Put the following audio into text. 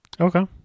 Okay